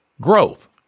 growth